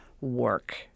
work